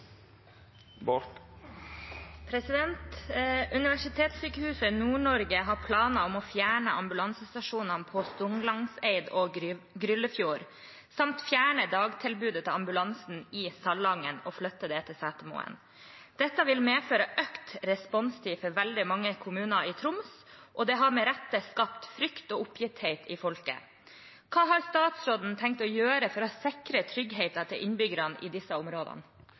ambulansen i Salangen og flytte dette til Setermoen. Dette vil medføre økt responstid for mange kommuner i Troms. Det har med rette skapt frykt og oppgitthet i folket. Hva har statsråden tenkt å gjøre for å sikre tryggheten til innbyggerne i disse områdene?»